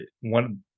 one